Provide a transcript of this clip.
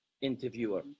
interviewer